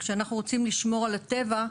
כשאנחנו רוצים לשמור על הטבע,